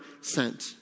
sent